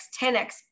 10x